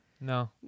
No